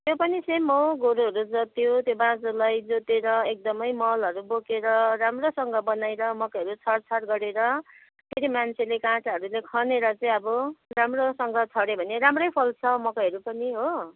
त्यो पनि सेम हो गोरुहरू जोत्यो त्यो बाँझोलाई जोतेर एकदमै मलहरू बोकेर राम्रोसँग बनाएर मकैहरू छरछार गरेर फेरि मान्छेले काँटाहरूले खनेर चाहिँ अब राम्रोसँग छर्यो भने राम्रै फल्छ मकैहरू पनि हो